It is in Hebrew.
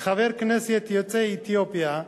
חבר כנסת יוצא אתיופיה,